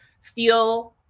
feel